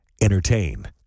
Entertain